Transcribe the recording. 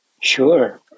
Sure